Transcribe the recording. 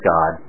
God